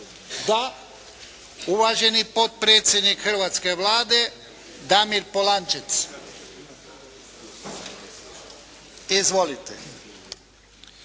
Da. Uvaženi potpredsjednik hrvatske Vlade, Damir Polančec. Izvolite.